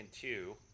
two